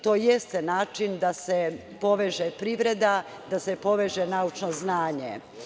To jeste način da se poveže privreda, da se poveže naučno znanje.